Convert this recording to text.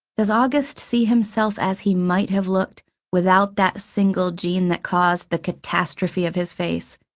does august see himself as he might have looked without that single gene that caused the catastrophe of his face?